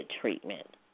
treatment